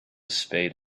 spade